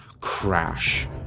crash